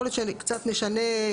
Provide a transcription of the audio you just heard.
יכול להיות שקצת נשנה.